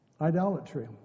idolatry